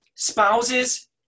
Spouses